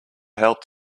helped